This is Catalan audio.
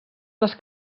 les